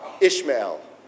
Ishmael